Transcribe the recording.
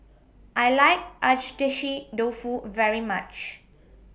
I like Agedashi Dofu very much